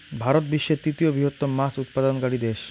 ভারত বিশ্বের তৃতীয় বৃহত্তম মাছ উৎপাদনকারী দেশ